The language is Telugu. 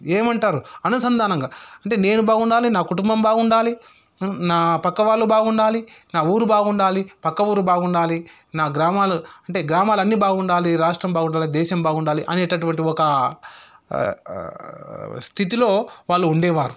ఏమంటారు అనుసంధానంగా అంటే నేను బాగుండాలి నా కుటుంబం బాగుండాలి నా పక్క వాళ్ళు బాగుండాలి నా ఊరు బాగుండాలి పక్క ఊరు బాగుండాలి నా గ్రామాలు అంటే గ్రామాలన్నీ బాగుండాలి రాష్ట్రం బాగుండాలి దేశం బాగుండాలి అనేటటువంటి ఒకా స్థితిలో వాళ్ళు ఉండేవారు